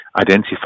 identify